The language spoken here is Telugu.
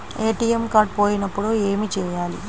ఏ.టీ.ఎం కార్డు పోయినప్పుడు ఏమి చేయాలి?